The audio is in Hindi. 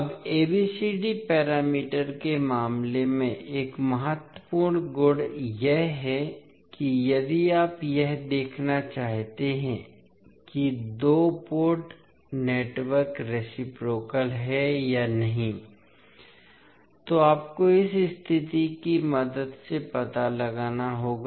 अब ABCD पैरामीटर के मामले में एक महत्वपूर्ण गुण यह है कि यदि आप यह देखना चाहते हैं कि दो पोर्ट नेटवर्क रेसिप्रोकाल है या नहीं तो आपको इस स्थिति की मदद से पता लगाना होगा